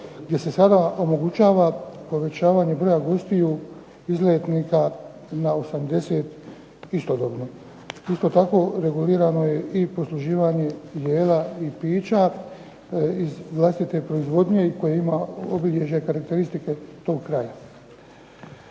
Gdje se sada omogućava povećavanje broja gostiju izletnika na 80 istodobno. Isto tako regulirano je i posluživanje jela i pića iz vlastite proizvodnje koje ima obilježje i karakteristike tog kraja.